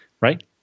Right